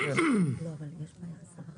לקצר כי יש לנו עוד המון אנשים בשטח שאתם